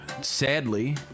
sadly